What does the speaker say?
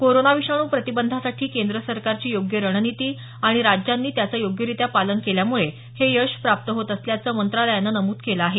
corona विषाणू प्रतिबंधासाठी केंद्र सरकारची योग्य रणनिती आणि राज्यांनी त्याचं योग्यरित्या पालन केल्यामुळे हे यश प्राप्त होत असल्याचं मंत्रालयानं नमूद केलं आहे